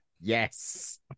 yes